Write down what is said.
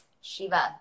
Shiva